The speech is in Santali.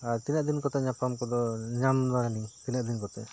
ᱟᱨ ᱛᱤᱱᱟᱹᱜ ᱫᱤᱱ ᱠᱚᱛᱮ ᱧᱟᱯᱟᱢ ᱠᱚᱫᱚ ᱧᱟᱢ ᱫᱚ ᱛᱤᱱᱟᱹᱜ ᱫᱤᱱ ᱠᱚᱛᱮ